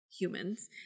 humans